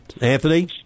Anthony